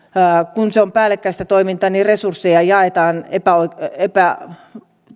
kun se on päällekkäistä toimintaa niin resursseja jaetaan